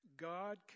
God